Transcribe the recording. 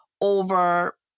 over